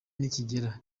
nikigera